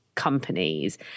companies